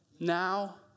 Now